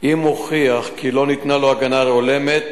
אם הוכיח כי לא ניתנה לו הגנה הולמת.